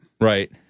Right